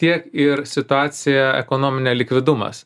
tie ir situacija ekonominė likvidumas